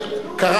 חבר